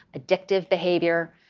addictive behavior.